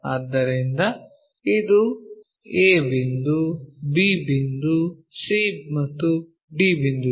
ಆದ್ದರಿಂದ ಇದು a ಬಿಂದು b ಬಿಂದು c ಮತ್ತು d ಬಿಂದುಗಳು